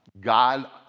God